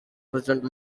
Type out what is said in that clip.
president